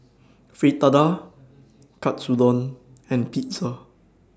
Fritada Katsudon and Pizza